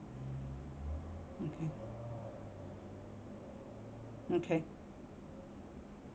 okay okay